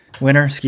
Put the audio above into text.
winner